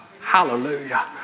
Hallelujah